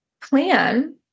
Plan